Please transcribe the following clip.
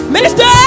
Minister